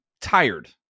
tired